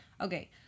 Okay